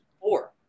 Four